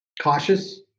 cautious